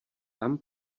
tam